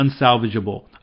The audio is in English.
unsalvageable